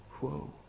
Whoa